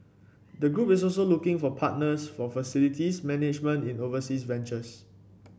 the group is also looking for partners for facilities management in overseas ventures